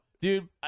Dude